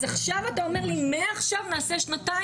עכשיו אתה אומר לי: מעכשיו נעשה שנתיים?